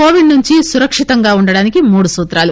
Covid నుంచి సురక్షితంగా ఉండటానికి మూడు సూత్రాలు